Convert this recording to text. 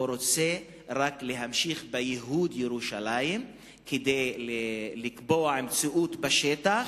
הוא רוצה להמשיך בייהוד ירושלים כדי לקבוע מציאות בשטח,